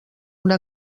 una